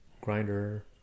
grinder